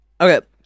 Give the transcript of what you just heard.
Okay